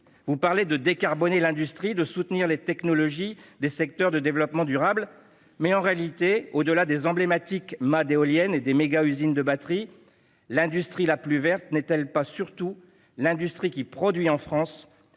vouloir décarboner l'industrie et soutenir les technologies des secteurs du développement durable. Mais, en réalité, au-delà des emblématiques mâts d'éoliennes et des giga-usines de batteries, l'industrie la plus verte n'est-elle pas surtout l'industrie qui produit en France,